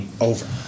over